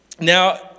Now